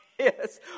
Yes